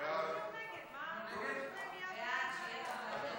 אתה לא יכול להשתלט על הדיון.